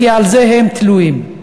כי בזה הם תלויים.